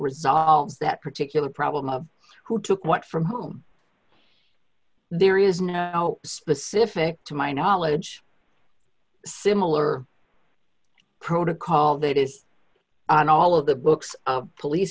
resolves that particular problem of who took what from home there is no specific to my knowledge similar protocol that is on all of the books police